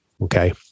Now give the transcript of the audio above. Okay